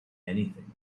anything